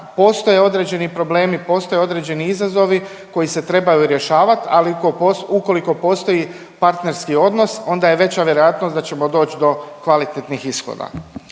postoje određeni problemi, postoje određeni izazovi koji se trebaju rješavat, ali ukoliko postoji partnerski odnos onda je veća vjerojatnost da ćemo doć do kvalitetnih iskoraka.